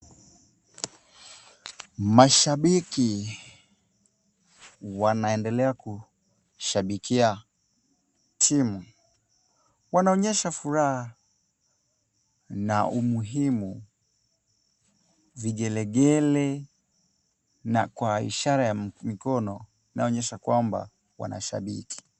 Mashabiki, wanaendelea kushabikia timu. Wanaonyesha furaha na umuhimu vigelegele na kwa ishara ya mikono inayoonyesha kwamba wanashabiki.